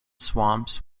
swamps